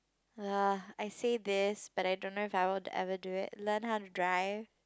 ya I say this but I don't know if I were to ever do it learn how to drive